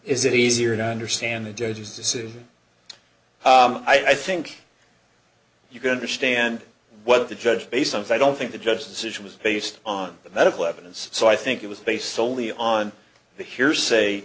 is it easier to understand the dangers to sue i think you can understand what the judge based on so i don't think the judge's decision was based on the medical evidence so i think it was based solely on the hearsay